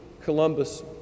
Columbus